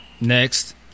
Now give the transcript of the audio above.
Next